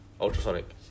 Ultrasonic